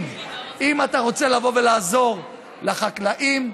אם אתה רוצה לבוא ולעזור לחקלאים,